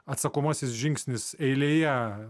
atsakomasis žingsnis eilėje